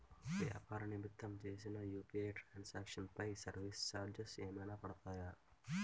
వ్యాపార నిమిత్తం చేసిన యు.పి.ఐ ట్రాన్ సాంక్షన్ పై సర్వీస్ చార్జెస్ ఏమైనా పడతాయా?